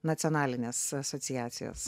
nacionalinės asociacijos